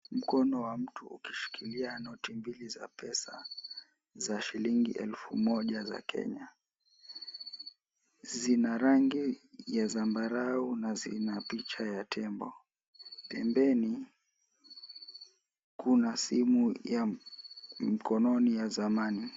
Mkono wa mtu ukishikilia noti mbili za pesa za shilingi elfu moja za Kenya. Zina rangi ya zambarau na zina picha ya tembo. Pembeni kuna simu ya mkononi ya zamani.